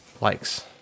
likes